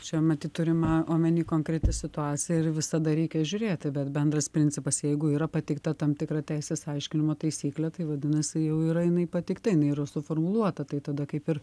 čia matyt turima omeny konkreti situacija ir visada reikia žiūrėti bet bendras principas jeigu yra pateikta tam tikra teisės aiškinimo taisyklė tai vadinasi jau yra jinai pateikta jinai yra suformuluota tai tada kaip ir